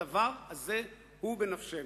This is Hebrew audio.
הדבר הזה הוא בנפשנו.